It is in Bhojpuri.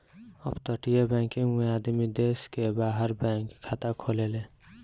अपतटीय बैकिंग में आदमी देश के बाहर बैंक खाता खोलेले